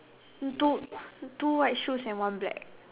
he two two white shoes and one black